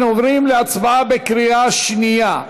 אנחנו עוברים להצבעה בקריאה שנייה.